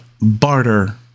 barter